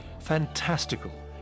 fantastical